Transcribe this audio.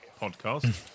podcast